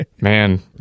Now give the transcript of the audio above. man